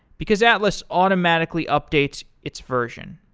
because atlas automatically updates its version.